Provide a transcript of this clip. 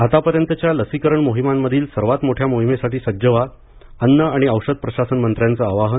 आतापर्यंतच्या लसीकरण मोहिमांमधील सर्वात मोठ्या मोहीमेसाठी सज्ज व्हा अन्न आणि औषध प्रशासन मंत्र्यांचं आवाहन